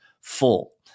full